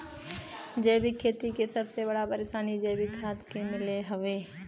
जैविक खेती के सबसे बड़ा परेशानी जैविक खाद के मिलले हौ